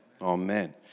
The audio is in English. Amen